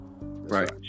Right